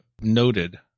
noted